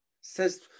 Says